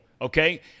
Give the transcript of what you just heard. okay